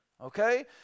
okay